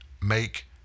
make